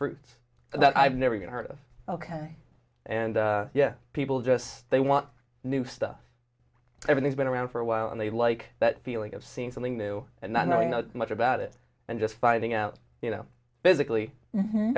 fruits that i've never even heard of ok and yeah people just they want new stuff everything's been around for a while and they like that feeling of seeing something new and not knowing not much about it and just finding out you know basically